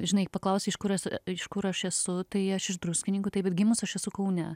žinai paklausei iš kurios iš kur aš esu tai aš iš druskininkų taip bet gimus aš esu kaune